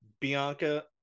Bianca